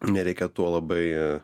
nereikia tuo labai